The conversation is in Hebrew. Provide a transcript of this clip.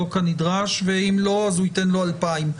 כנדרש ואם לא הוא ייתן לו 2,000 שקלים.